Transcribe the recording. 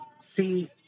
See